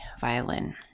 violin